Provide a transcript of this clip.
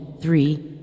three